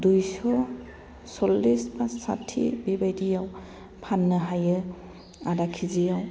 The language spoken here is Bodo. दुइस' सल्लिस बा साथि बिबादियाव फान्नो हायो आदा केजियाव